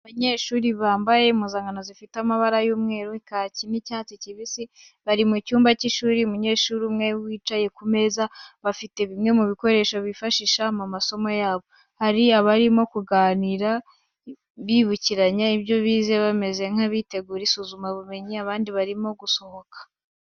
Abanyeshuri bambaye impuzankano zifite amabara y'umweru, kaki, n'icyatsi kibisi, bari mu cyumba cy'ishuri, umunyeshuri umwe wicaye ku meza, bafite bimwe mu bikoresho bifashisha mu masomo yabo. Hari abarimo kuganira bibukiranya ibyo bize bameze nk'abitegura isuzumabumenyi, abandi barimo gusohoka.